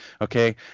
okay